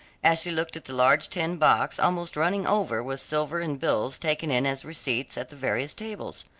as she looked at the large tin box almost running over with silver and bills taken in as receipts at the various tables.